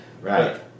Right